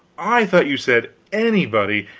i thought you said anybody,